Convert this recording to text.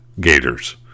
gators